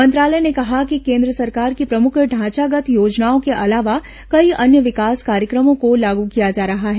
मंत्रालय ने कहा कि केंद्र सरकार की प्रमुख ढांचागत योजनाओं के अलावा कई अन्य ैविकास कार्यक्रमों को लागू किया जा रहा है